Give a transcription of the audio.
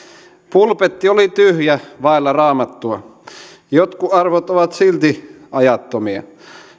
pulpetti oli tyhjä vailla raamattua jotkut arvot ovat silti ajattomia